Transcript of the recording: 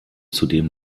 zudem